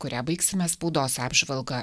kurią baigsime spaudos apžvalga